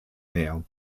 mehr